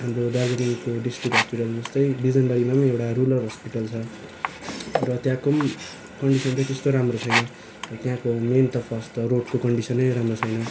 हाम्रो दार्जिलिङको डिस्ट्रिक हस्पिटलजस्तै बिजनबारीमा पनि एउटा रुरल हस्पिटल छ र त्यहाँको पनि कन्डिसन चाहिँ त्यस्तो राम्रो छैन त्यहाँको मेन त फर्स्ट त रोडको कन्डिसनै राम्रो छैन